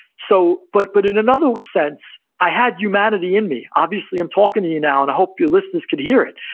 so but but in another sense, i had humanity in me. obviously, i'm talking to you now, and i hope your listeners can hear it.